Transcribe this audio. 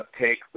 take